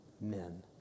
men